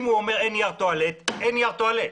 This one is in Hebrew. אם הוא אומר שאין נייר טואלט אז אין נייר טואלט.